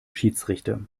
schiedsrichter